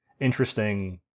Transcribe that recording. interesting